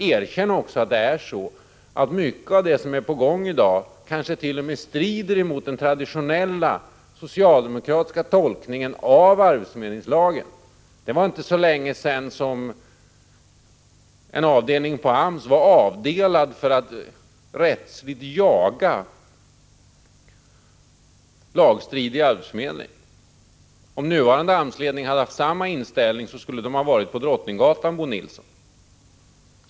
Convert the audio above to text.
Erkänn också att mycket av det som är på gång i dag kanske t.o.m. strider mot den traditionella socialdemokratiska tolkningen av arbetsförmedlingslagen. Det var inte så länge sedan som en avdelning på AMS hade i uppgift att rättsligt jaga lagstridiga arbetsförmedlingar. Om den nuvarande AMS-ledningen hade haft samma inställning skulle de ha varit på Drottninggatan, Bo Nilsson.